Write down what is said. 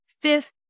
fifth